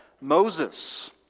Moses